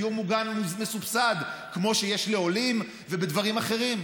על דיור מוגן מסובסד כמו שיש לעולים ודברים אחרים.